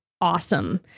awesome